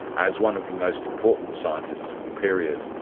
as one of the most important scientists of the period,